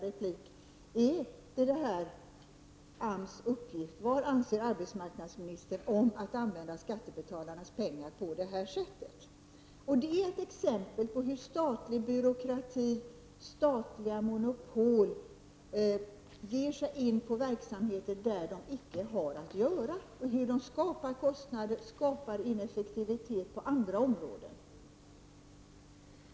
Är detta AMS uppgift? Vad anser arbetsmarknadsministern om att använda skattebetalarnas pengar på det här sättet? Detta var ett exempel på hur statlig byråkrati och statliga monopol ger sig in på verksamheter där man icke har att göra och hur detta skapar kostnader och ineffektivitet på andra områden.